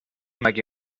مگه